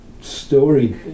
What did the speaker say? story